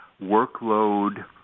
workload